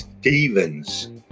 Stevens